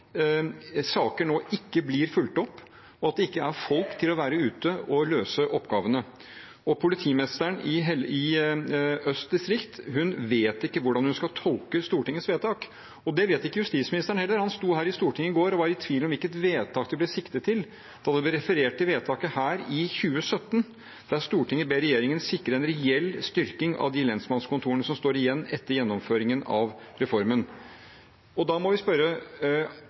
saker nå ikke blir fulgt opp, og at det ikke er folk til å være ute og løse oppgavene. Politimesteren i Sør-Øst politidistrikt vet ikke hvordan hun skal tolke Stortingets vedtak – og det vet ikke justisministeren heller. Han sto her i Stortinget i går og var i tvil om hvilket vedtak det ble siktet til, da det ble referert til vedtaket – etter et forslag fremmet her i 2017 – der Stortinget ber regjeringen sikre «en reell styrking av de lensmannskontorene som står igjen etter gjennomføringen av politireformen». Da må vi spørre: